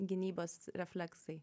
gynybos refleksai